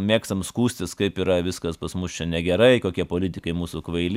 mėgstam skųstis kaip yra viskas pas mus čia negerai kokie politikai mūsų kvaili